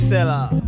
Seller